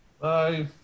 Bye